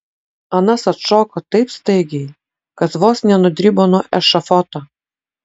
anas atšoko taip staigiai kad vos nenudribo nuo ešafoto